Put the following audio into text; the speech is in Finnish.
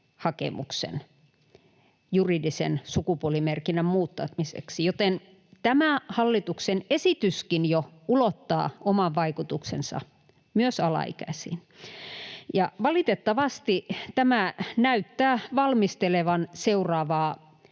hakemuksen juridisen sukupuolimerkinnän muuttamiseksi, joten tämä hallituksen esityskin jo ulottaa oman vaikutuksensa myös alaikäisiin, ja valitettavasti tämä näyttää valmistelevan seuraavaa